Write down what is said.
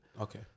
Okay